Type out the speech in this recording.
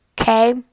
okay